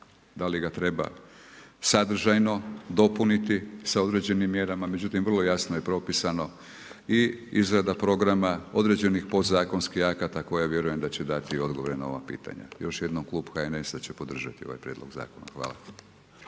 da li ga treba sadržajno dopuniti sa određenim mjerama. Međutim, vrlo jasno je propisano i izrada programa, određenih podzakonskih akata koje ja vjerujem da će dati odgovore na ova pitanja. Još jednom Klub HNS-a će podržati ovaj prijedlog zakona. Hvala.